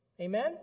Amen